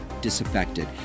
disaffected